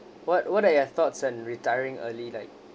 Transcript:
what what are your thoughts and retiring early like